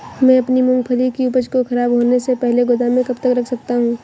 मैं अपनी मूँगफली की उपज को ख़राब होने से पहले गोदाम में कब तक रख सकता हूँ?